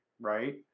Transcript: right